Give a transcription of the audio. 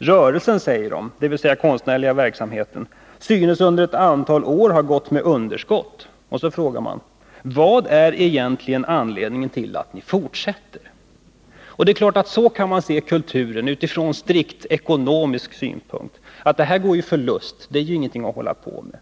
”Rörelsen synes under ett antal år ha gått med underskott.” Därefter frågar nämnden: ”Vad är anledningen till att ni fortsätter?” Så kan man givetvis se på kulturen, utifrån strikt ekonomiska synpunkter. Man konstaterar: Det här går med förlust, det är ingenting att hålla på med.